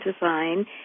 design